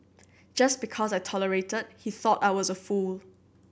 just because I tolerated he thought I was a fool